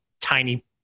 tiny